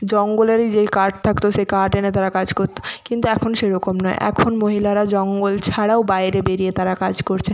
জঙ্গলেরই যেই কাঠ থাকত সেই কাঠ এনে তারা কাজ করত কিন্তু এখন সেরকম না এখন মহিলারা জঙ্গল ছাড়াও বাইরে বেরিয়ে তারা কাজ করছে